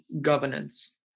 governance